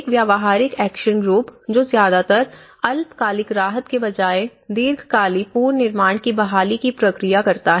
एक व्यावहारिक action group जो ज्यादातर अल्पकालिक राहत के बजाय दीर्घकाली पुनर्निर्माण की बहाली की प्रक्रिया करता है